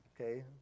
okay